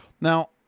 Now